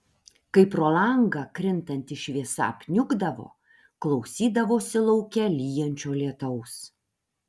kai pro langą krintanti šviesa apniukdavo klausydavosi lauke lyjančio lietaus